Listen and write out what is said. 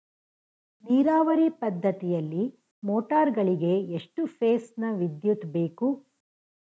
ನೀರಾವರಿ ಪದ್ಧತಿಯಲ್ಲಿ ಮೋಟಾರ್ ಗಳಿಗೆ ಎಷ್ಟು ಫೇಸ್ ನ ವಿದ್ಯುತ್ ಬೇಕು?